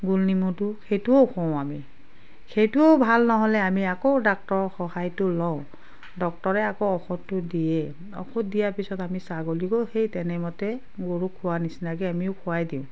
গোল নিমুটো সেইটোও খোৱাও আমি সেইটোও ভাল নহ'লে আমি আকৌ ডাক্টৰৰ সহায়টো লওঁ ডক্টৰে আকৌ ঔষধটো দিয়ে ঔষধ দিয়াৰ পিছত আমি ছাগলীকো সেই তেনেমতে গৰুক খোওৱাৰ নিচিনাকৈ আমিও খোৱাই দিওঁ